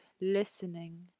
listening